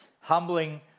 Humbling